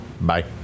Bye